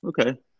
Okay